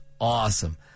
awesome